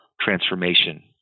transformation